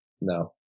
No